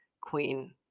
queen